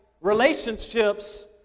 relationships